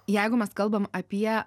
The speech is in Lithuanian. jeigu mes kalbam apie